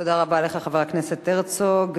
תודה רבה לך, חבר הכנסת הרצוג.